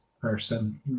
person